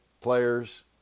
players